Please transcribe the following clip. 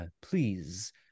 Please